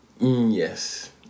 Yes